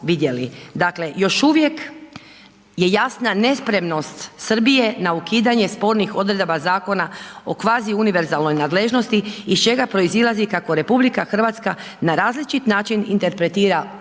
Dakle, još uvijek je jasna nespremnost Srbije na ukidanje spornih odredaba zakona o kvazi univerzalnoj nadležnosti iz čega proizilazi kako RH na različit način interpretira, u